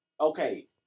Okay